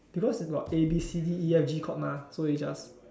because got A B C D E F G chord mah so you just